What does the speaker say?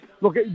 look